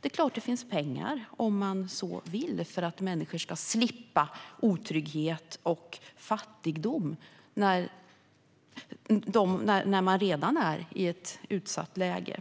Det är klart att det finns pengar om man så vill för att människor ska slippa otrygghet och fattigdom när de redan är i ett utsatt läge.